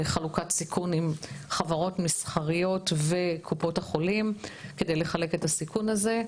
חלוקת סיכון עם חברות מסחריות וקופות החולים כדי לחלק את הסיכון הזה,